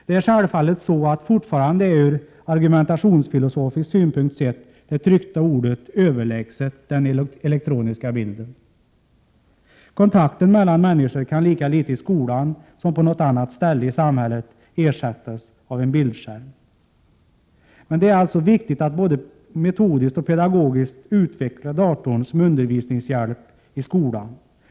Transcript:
Det är självfallet så att fortfarande är ur argumentationsfilosofisk synpunkt sett det tryckta ordet överlägset den elektroniska bilden. Kontakten mellan människor kan lika litet i skolan som på något annat ställe i samhället ersättas av en bildskärm. Men det är alltså viktigt att både metodiskt och pedagogiskt utveckla datorn som undervisningshjälp i skolan.